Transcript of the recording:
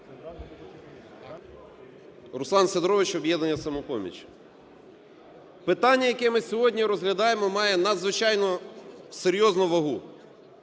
Руслан Сидорович, "Об'єднання "Самопоміч". Питання, яке ми сьогодні розглядаємо, має надзвичайно серйозну вагу.